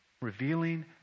revealing